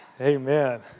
Amen